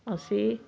ਅਸੀਂ